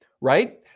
right